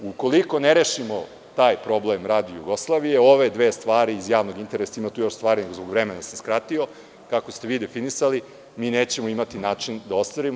Ukoliko ne rešimo taj problem Radio Jugoslavije i ove dve stvari iz javnog interesa, a ima tu i još stvari, nego zbog vremena sam skratio, kako ste vi definisali, mi nećemo imati način da ostvarimo.